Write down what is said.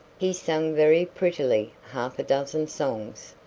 he sang very prettily half a dozen songs,